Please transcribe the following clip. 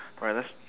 alright let's